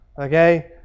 Okay